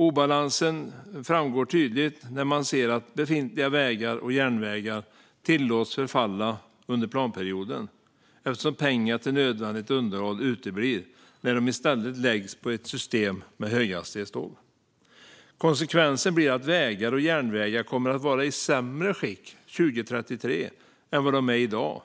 Obalansen framgår tydligt när man ser att befintliga vägar och järnvägar tillåts förfalla under planperioden, eftersom pengar till nödvändigt underhåll uteblir när de i stället läggs på ett system med höghastighetståg. Konsekvensen blir att vägar och järnvägar kommer att vara i sämre skick 2033 än de är i dag,